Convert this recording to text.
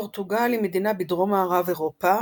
פורטוגל היא מדינה בדרום-מערב אירופה,